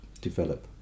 develop